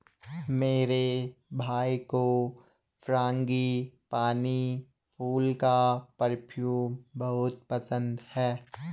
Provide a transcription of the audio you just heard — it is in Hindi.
मेरे भाई को फ्रांगीपानी फूल का परफ्यूम बहुत पसंद है